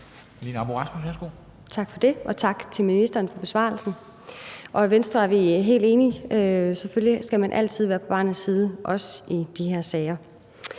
Tak for det. Og tak til ministeren for besvarelsen. I Venstre er vi helt enige – selvfølgelig skal man altid være på barnets side, også i de her sager.